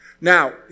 Now